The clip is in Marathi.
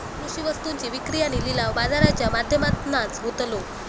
कृषि वस्तुंची विक्री आणि लिलाव बाजाराच्या माध्यमातनाच होतलो